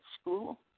school